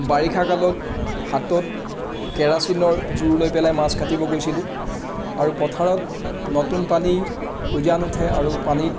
বাৰিষাকালত হাতত কেৰাছিনৰ জুৰ লৈ পেলাই মাছ কাটিব গৈছিলোঁ আৰু পথাৰত নতুন পানী উজান উঠে আৰু পানীত